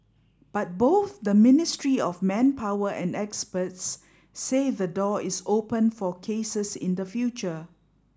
but both the Ministry of Manpower and experts say the door is open for cases in the future